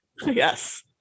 Yes